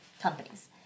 companies